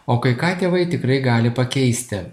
o kai ką tėvai tikrai gali pakeisti